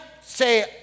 say